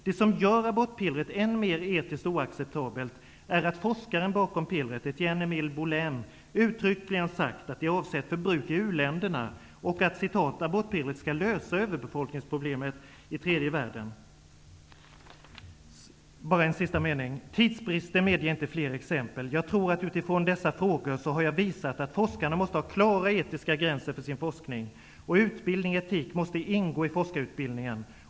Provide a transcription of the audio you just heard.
Det som gör abortpillret än mer etiskt oacceptabelt är att forskaren bakom pillret, Etienne Emile Bauleim, uttryckligen sagt att det är avsett för bruk i u-länderna, och att ''abortpillret skall lösa överbefolkningsproblemet i tredje världen''. Tidsbristen medger inte fler exempel, men jag tror att jag utifrån dessa frågor har visat att forskarna måste ha klara etiska gränser för sin forskning och att utbildning i etik måste ingå i forskarutbildningen.